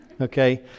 Okay